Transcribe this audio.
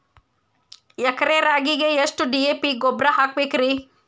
ಎಕರೆ ರಾಗಿಗೆ ಎಷ್ಟು ಡಿ.ಎ.ಪಿ ಗೊಬ್ರಾ ಹಾಕಬೇಕ್ರಿ?